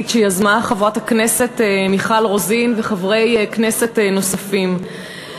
שיזמו חברת הכנסת מיכל רוזין וחברי כנסת נוספים.